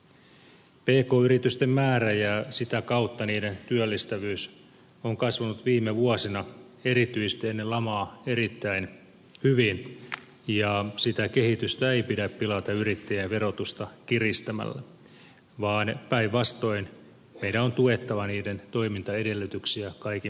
pk yritysten määrä ja sitä kautta niiden työllistävyys on kasvanut viime vuosina erityisesti ennen lamaa erittäin hyvin ja sitä kehitystä ei pidä pilata yrittäjien verotusta kiristämällä vaan päinvastoin meidän on tuettava yrittäjien toimintaedellytyksiä kaikin mahdollisin tavoin